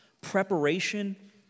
preparation